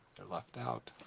they're left out.